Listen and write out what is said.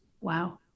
Wow